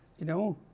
you know